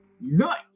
Nice